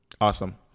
Awesome